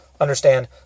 understand